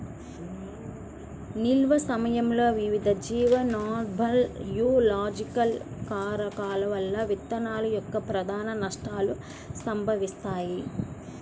నిల్వ సమయంలో వివిధ జీవ నాన్బయోలాజికల్ కారకాల వల్ల విత్తనాల యొక్క ప్రధాన నష్టాలు సంభవిస్తాయి